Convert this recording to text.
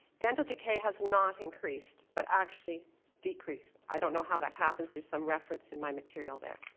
dental decay has not increased but actually decreased. i don't know how that happens. there's some reference in my material there.